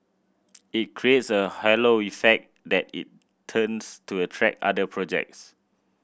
it creates a halo effect that in turns to attract other projects